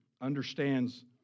understands